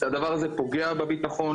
הדבר הזה פוגע בביטחון,